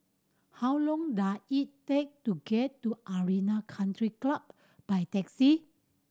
how long does it take to get to Arena Country Club by taxi